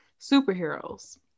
superheroes